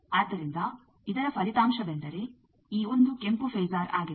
ಆದ್ದರಿಂದ ಇದರ ಫಲಿತಾಂಶವೆಂದರೆ ಈ 1 ಕೆಂಪು ಫೇಸರ್ ಆಗಿದೆ